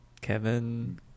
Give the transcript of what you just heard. Kevin